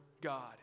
God